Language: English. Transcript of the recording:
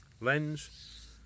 lens